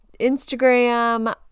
Instagram